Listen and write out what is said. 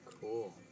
Cool